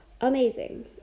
amazing